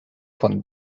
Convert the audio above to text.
von